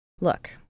Look